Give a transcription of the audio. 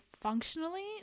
functionally